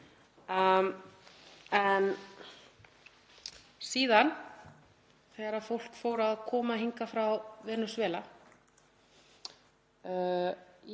síðan þegar fólk fór að koma hingað frá Venesúela,